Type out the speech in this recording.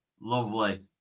lovely